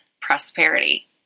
prosperity